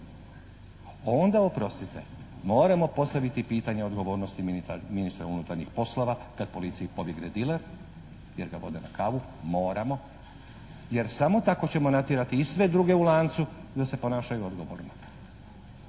onda oprostite moramo postaviti pitanje odgovornosti ministra unutarnjih poslova kad policiji pobjegne diler jer ga vode na kavu, moramo jer samo tako ćemo natjerati i sve druge u lancu da se ponašaju odgovorno.